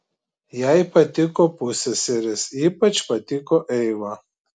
jai patiko pusseserės ypač patiko eiva